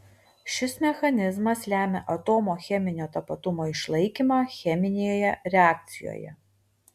šis mechanizmas lemia atomo cheminio tapatumo išlaikymą cheminėje reakcijoje